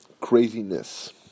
craziness